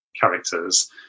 characters